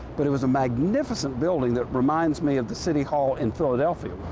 but it was a magnificent building that reminds me of the city hall in philadelphia.